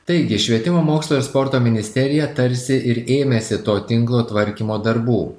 taigi švietimo mokslo ir sporto ministerija tarsi ir ėmėsi to tinklo tvarkymo darbų